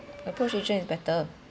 approach agent is better